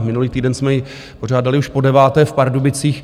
Minulý týden jsme ji pořádali už podeváté v Pardubicích.